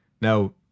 Now